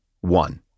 one